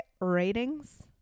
Ratings